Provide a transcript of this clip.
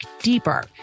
deeper